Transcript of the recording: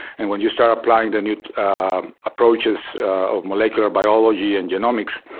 and when you start applying the new approaches of molecular biology and genomics,